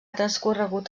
transcorregut